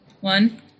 One